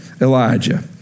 Elijah